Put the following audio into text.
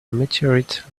meteorite